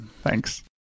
Thanks